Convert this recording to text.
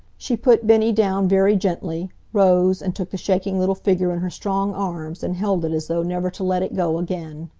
she put bennie down very gently, rose, and took the shaking little figure in her strong arms, and held it as though never to let it go again.